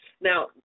Now